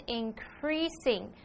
increasing